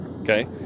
okay